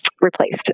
replaced